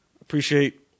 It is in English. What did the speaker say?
appreciate